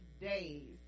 days